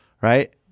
right